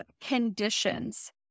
conditions